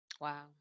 Wow